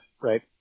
right